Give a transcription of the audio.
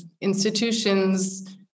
institutions